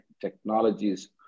Technologies